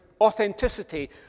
authenticity